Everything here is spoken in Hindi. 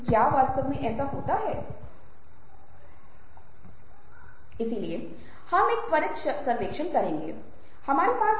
आम तौर पर यह पाया जाता है कि महिलाएं अधिक सामयिक युवा पुरुष हैं